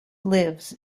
lives